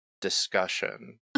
discussion